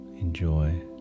enjoy